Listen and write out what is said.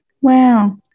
Wow